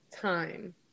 time